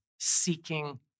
seeking